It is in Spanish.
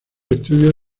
estudios